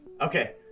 Okay